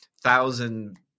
thousand